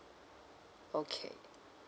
okay